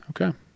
Okay